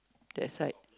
that's right